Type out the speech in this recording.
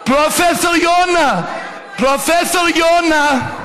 פרופ' יונה, פרופ' יונה,